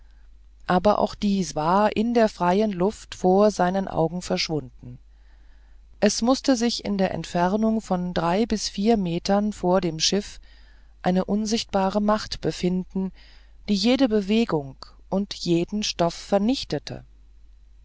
aber auch dieses war in der freien luft vor seinen augen verschwunden es mußte sich in der entfernung von drei bis vier meter vor dem schiff eine unsichtbare macht befinden die jede bewegung und jeden stoff vernichtete